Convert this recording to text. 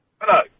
Hello